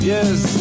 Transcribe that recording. Yes